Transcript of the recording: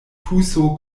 tuso